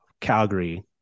Calgary